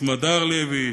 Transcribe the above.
סמדר לוי,